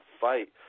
fight